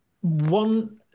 One